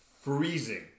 freezing